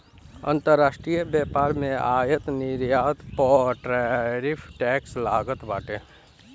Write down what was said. अंतरराष्ट्रीय व्यापार में आयात निर्यात पअ टैरिफ टैक्स लागत बाटे